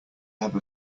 have